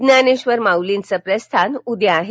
ज्ञानेश्वर माउलींचं प्रस्थान उद्या आहे